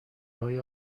های